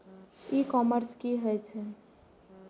ई commerce की होय छेय?